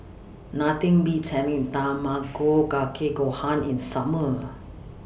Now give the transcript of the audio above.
Nothing Beats having Tamago Kake Gohan in Summer